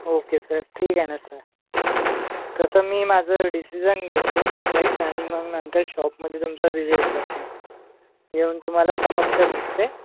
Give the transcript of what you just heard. okay sir ठीक आहे ना सर तसं मी माझं डिसिजन घेते डिसाईट आणि मग नंतर शॉपमध्ये तुमच्या विझिट करते येऊन तुम्हाला समक्ष भेटते